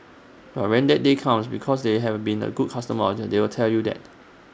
but when that day comes because they have been A good customer of they will tell you that